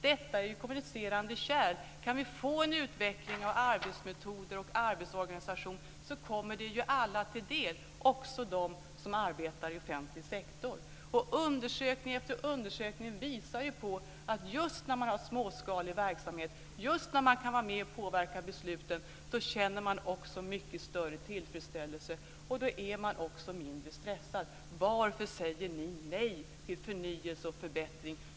Detta är kommunicerande kärl. Kan vi få en utveckling av arbetsmetoder och arbetsorganisationen kommer det alla till del - också dem som arbetar i offentlig sektor. Undersökning efter undersökning visar på att man känner mycket större tillfredsställelse just när man har småskalig verksamhet och när man kan vara med och påverka besluten. Då är man också mindre stressad. Varför säger ni nej till förnyelse och förbättring?